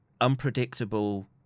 unpredictable